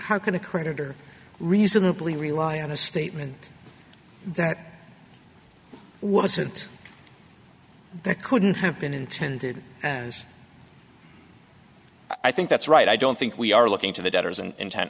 how can a creditor reasonably rely on a statement that wasn't there couldn't have been intended as i think that's right i don't think we are looking to the doubters and intent